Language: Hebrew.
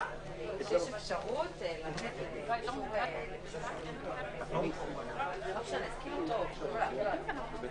האחרון זה בתחתית עמוד 7 "על אף האמור בסעיף קטן (א)".